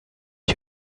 you